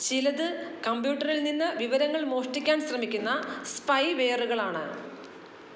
ചിലത് കമ്പ്യൂട്ടറിൽ നിന്ന് വിവരങ്ങൾ മോഷ്ടിക്കാൻ ശ്രമിക്കുന്ന സ്പൈവെയറുകളാണ്